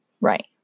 Right